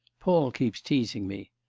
paul keeps teasing me.